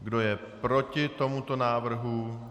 Kdo je proti tomuto návrhu?